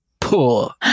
Poor